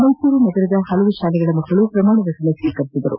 ಮೈಸೂರಿನ ಹಲವು ಶಾಲೆಗಳ ಮಕ್ಕಳು ಪ್ರಮಾಣವಚನ ಸ್ವೀಕರಿಸಿದರು